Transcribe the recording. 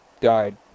died